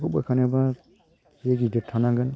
बेखौ बोखांनोबा जे गिदिर थानांगोन